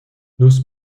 nus